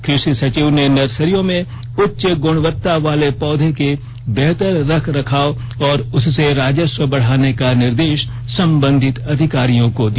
कृषि सचिव ने नर्सरियों में उच्च गुणवत्ता वाले पौधे के बेहतर रख रखाव और उससे राजस्व बढ़ाने का निर्देश संबंधित अधिकारियों को दिया